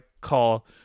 call